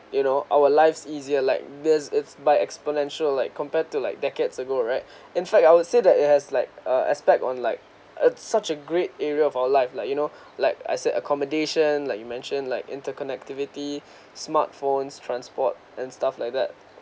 you know our lives easier like this it's by exponential like compared to like decades ago right in fact I would say that it has like a aspect on like a such a great area of our life like you know like I said accommodation like you mentioned like interconnectivity smartphones transport and stuff like that